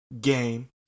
game